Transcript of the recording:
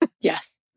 yes